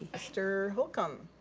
mr. holcomb.